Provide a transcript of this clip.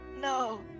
No